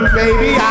baby